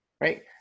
right